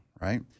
right